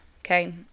okay